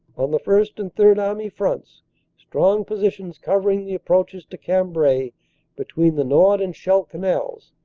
on the first and third army fronts strong positions cov. ering the approaches to cambrai between the nord and scheidt canals,